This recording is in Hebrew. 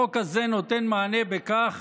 החוק הזה נותן מענה בכך